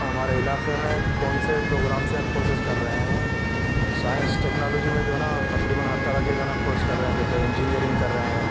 ہمارے علاقے میں کون سے پروگرام سے کوسیز کر رہے ہیں سائنس ٹیکنالوجی میں جو ہے نا تقریباََ ہر طرح کے جو ہے نا کورس کر رہے ہیں جیسے انجینیرنگ کر رہے ہیں